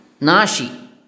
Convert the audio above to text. Nashi